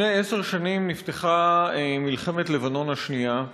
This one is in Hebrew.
לפני עשר שנים נפתחה מלחמת לבנון השנייה,